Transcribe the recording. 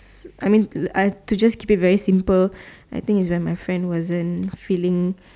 I mean I could just keep it very simple I think is that my friend wasn't feeling